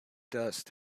dust